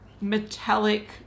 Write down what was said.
metallic